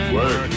Work